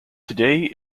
today